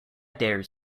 dare